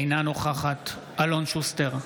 אינה נוכחת אלון שוסטר,